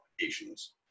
applications